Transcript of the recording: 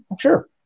Sure